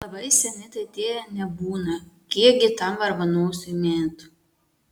labai seni tai tie nebūna kiekgi tam varvanosiui metų